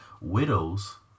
widows